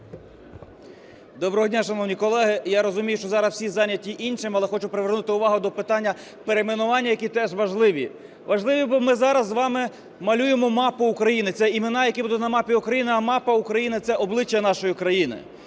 Доброго дня, шановні колеги! Я розумію, що зараз всі зайняті іншим, але хочу привернути увагу до питань перейменування, які теж важливі. Важливі, бо ми зараз з вами малюємо мапу України. Це імена, які будуть на мапі України, а мапа України – це обличчя нашої країни.